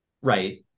right